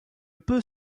peut